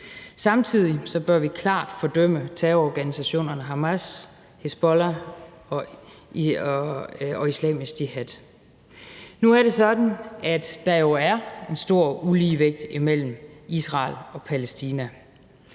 Samtidig bør vi klart fordømme terrororganisationerne Hamas, Hizbollah og Islamisk Jihad. Nu er det sådan, at der jo er en stor uligevægt mellem Israel og Palæstina.